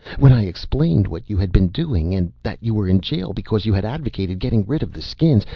when i explained what you had been doing and that you were in jail because you had advocated getting rid of the skins,